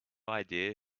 idea